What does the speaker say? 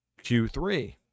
Q3